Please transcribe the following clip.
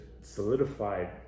solidified